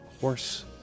horse